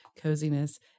coziness